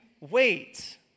wait